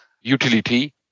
utility